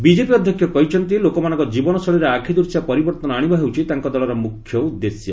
BJP ଅଧ୍ୟକ୍ଷ କହିଛନ୍ତି ଲୋକମାନଙ୍କ ଜୀବନଶୈଳୀରେ ଆଖିଦ୍ଶିଆ ପରିବର୍ତ୍ତନ ଆଣିବା ହେଉଛି ତାଙ୍କ ଦଳର ମୁଖ୍ୟ ଉଦ୍ଦେଶ୍ୟ